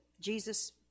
Jesus